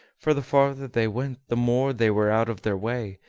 for the farther they went the more they were out of their way,